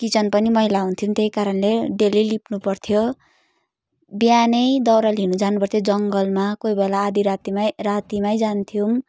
kitchen पनि मैला हुन्थ्यो त्यही कारणले डेली लिप्नु पर्थ्यो बिहानै दाउरा लिनु जानु पर्थ्यो जङ्गलमा कोही बेला आधी रातिमै रातिमै जान्थ्यौँ